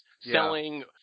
selling